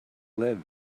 live